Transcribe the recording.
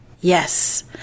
Yes